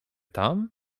tam